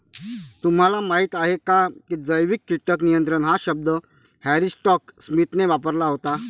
तुम्हाला माहीत आहे का की जैविक कीटक नियंत्रण हा शब्द हॅरी स्कॉट स्मिथने वापरला होता?